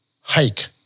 hike